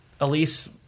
Elise